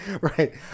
Right